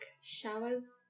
showers